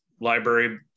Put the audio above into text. library